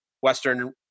Western